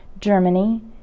Germany